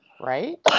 right